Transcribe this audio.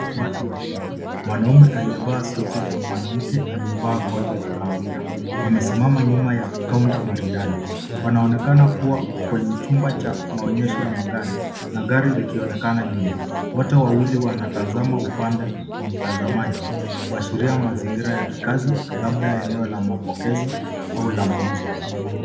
Watu wawili, mwanaume aliyevaa suti na mwanamke aliyevaa koti la kahawia wamesimama nyuma ya kaunta maridadi. wanaonekana kuwa kwenye chumba cha maonyesho ya magari na gari likionekana nyuma. Wote wawili wanatazama upande wa mtazamaji kuashiria mazingira ya kikazi labda eneo la mapokezi au la mauzo.